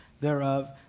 thereof